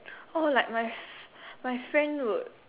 oh like my f~ my friend would